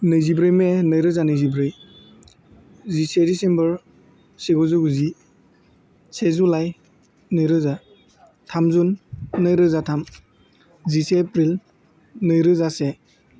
नैजिब्रै मे नैरोजा नैजिब्रै जिसे डिसिम्बर जिगुजौ गुजि से जुलाइ नैरोजा थाम जुन नैरोजा थामजिसे एप्रिल नैरोजा से